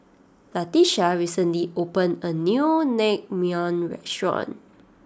Latisha recently opened a new Naengmyeon restaurant